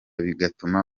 bigatuma